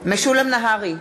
משולם נהרי,